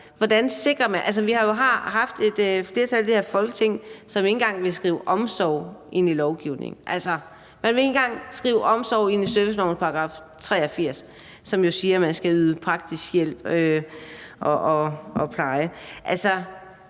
vi har jo haft et flertal i det her Folketing, som ikke engang ville skrive omsorg ind i lovgivningen; man ville ikke engang skrive omsorg ind i servicelovens § 83, som jo siger, at man skal yde praktisk hjælp og pleje.